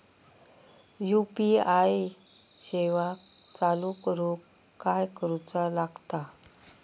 UPI सेवा चालू करूक काय करूचा लागता?